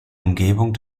umgebung